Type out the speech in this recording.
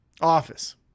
office